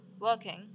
working